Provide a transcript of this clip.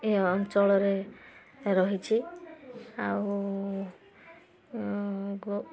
ଏ ଅଞ୍ଚଳରେ ରହିଛି ଆଉ ଗୋ